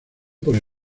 por